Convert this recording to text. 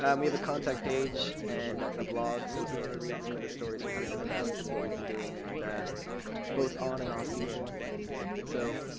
um we have a contact page and a blog so if you want to read some of the stories we've written about what we've been doing and both on and off season so